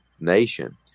nation